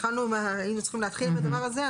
היינו צריכים להתחיל מהמצב הזה,